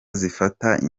zifata